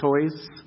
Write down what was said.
toys